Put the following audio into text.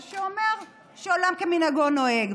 מה שאומר שעולם כמנהגו נוהג.